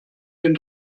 den